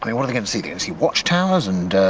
what are they going to see to see watchtowers? and.